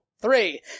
three